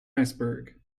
iceberg